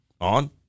on